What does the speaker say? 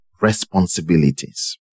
responsibilities